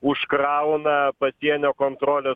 užkrauna pasienio kontrolės